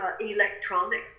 electronic